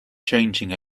changing